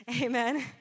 Amen